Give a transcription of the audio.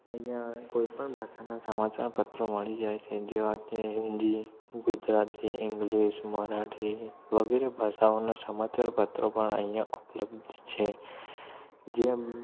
અહીંયા કોઈ પણ ભાષાના સમાચાર પત્રો મળી જાય છે હિન્દી હોય કે હિન્દી ગુજરાતી ઇન્ગલિસ મરાઠી વગેરે ભાષાઓના સમાચાર પત્રો પણ અહીંયા ઉપલબ્ધ છે જેમ